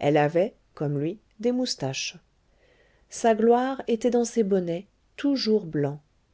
elle avait comme lui des moustaches sa gloire était dans ses bonnets toujours blancs